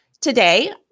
Today